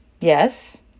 Yes